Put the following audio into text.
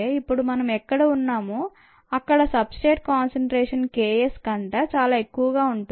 ఇప్పుడు మనం ఎక్కడ ఉన్నామో అక్కడ substrate concentration K s కన్నా చాలా ఎక్కువగా ఉంటుంది